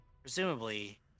Presumably